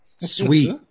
sweet